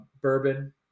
bourbon